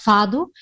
Fado